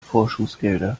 forschungsgelder